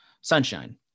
Sunshine